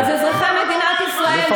חבר הכנסת אזולאי, תודה.